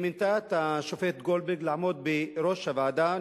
היא מינתה את השופט גולדברג לעמוד בראש הוועדה.